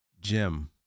Jim